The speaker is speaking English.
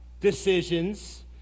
decisions